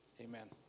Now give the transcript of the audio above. Amen